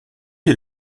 est